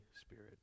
Spirit